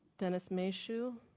dennis mashue,